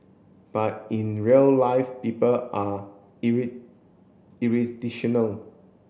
but in real life people are